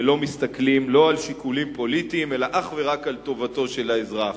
ולא מסתכלים לא על שיקולים פוליטיים אלא אך ורק על טובתו של האזרח.